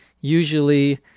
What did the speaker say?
Usually